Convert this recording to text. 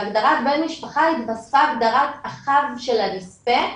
בהגדרת 'בן משפחה' התווספה הגדרת אחיו של הנספה,